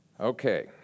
Okay